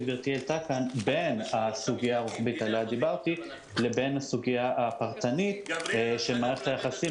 בין הסוגיה הרוחבית שעליה דיברתי לבין הסוגיה הפרטנית של מערכת היחסים